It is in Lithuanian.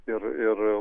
ir ir